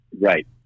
right